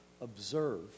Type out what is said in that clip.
observe